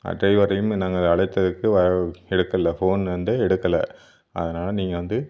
ட்ரைவரையும் நாங்கள் அலைத்ததற்கு வ எடுக்கல ஃபோன் வந்து எடுக்கல அதனால நீங்கள் வந்து